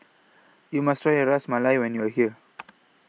YOU must Try Ras Malai when YOU Are here